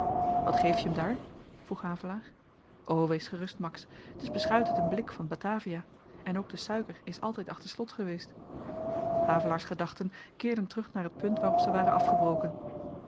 wat geef je m daar vroeg havelaar o wees gerust max t is beschuit uit een blik van batavia en ook de suiker is altyd achter slot geweest havelaars gedachten keerden terug naar t punt waarop ze waren afgebroken